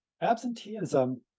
absenteeism